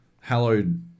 hallowed